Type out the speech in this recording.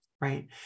Right